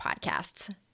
podcasts